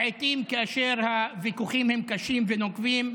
לעיתים כאשר הוויכוחים הם קשים ונוקבים,